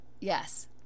Yes